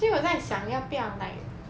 actually 我在想要不要 like